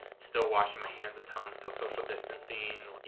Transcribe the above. still washing my hands a ton, still social distancing. you